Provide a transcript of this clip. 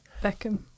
Beckham